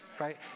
right